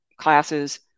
classes